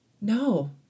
no